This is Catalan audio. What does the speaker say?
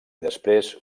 després